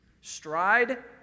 Stride